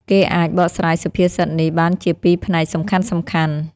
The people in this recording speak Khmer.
គេអាចបកស្រាយសុភាសិតនេះបានជាពីរផ្នែកសំខាន់ៗ។